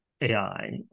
AI